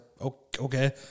okay